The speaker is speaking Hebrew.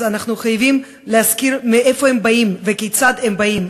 אז אנחנו חייבים להזכיר מאיפה הם באים וכיצד הם באים.